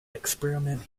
experiment